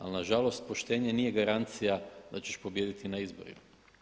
Ali na žalost poštenje nije garancija da ćeš pobijediti na izborima.